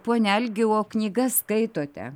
pone algi o knygas skaitote